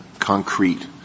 concrete